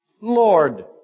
Lord